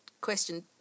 question